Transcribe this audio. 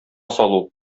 салу